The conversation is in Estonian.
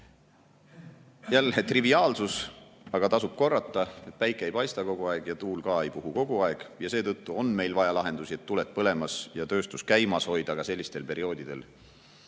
Jälle triviaalsus, aga tasub korrata, et päike ei paista kogu aeg ja tuul ka ei puhu kogu aeg ning seetõttu on meil vaja lahendusi, et tuled põlemas ja tööstus käimas hoida ka sellistel perioodidel,